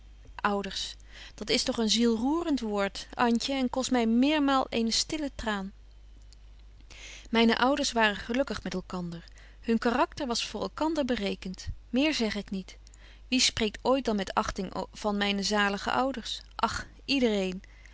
ouders dat is toch een zielroerend woord antje en kost my meermaal eene stille traan myne ouders waren gelukkig met elkander hun karakter was voor elkander berekent betje wolff en aagje deken historie van mejuffrouw sara burgerhart meer zeg ik niet wie spreekt ooit dan met achting van myne zalige ouders och yder